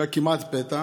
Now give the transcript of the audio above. שהיה כמעט פתע.